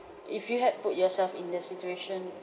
if you had put yourself in the situation